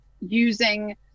using